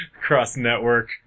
cross-network